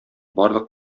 барлык